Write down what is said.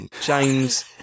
James